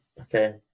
Okay